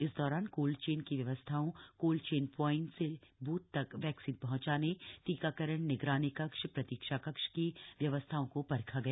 इस दौरान कोल्डचेन की व्यवस्थाओं कोल्डचेन प्वाइंट से ब्रथ तक वक्कसीन पहंचाने टीकाकरण निगरानी कक्ष प्रतीक्षा कक्ष की व्यवस्थाओं को परखा गया